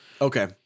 Okay